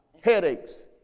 headaches